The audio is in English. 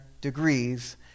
degrees